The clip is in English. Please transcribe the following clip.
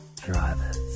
drivers